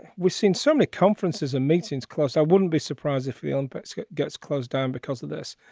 we've seen so many conferences and meetings closed. i wouldn't be surprised if the olympics gets gets closed down because of this.